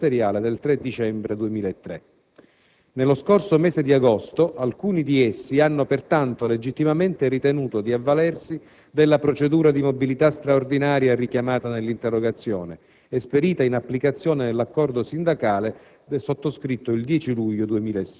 così come regolate dal decreto ministeriale del 3 dicembre 2003. Nello scorso mese di agosto alcuni di essi hanno pertanto legittimamente ritenuto di avvalersi della procedura di mobilità straordinaria richiamata nell'interrogazione, esperita in applicazione dell'accordo sindacale